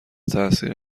تاثیر